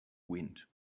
wind